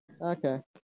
Okay